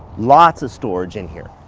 lots of storage in here.